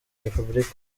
repubulika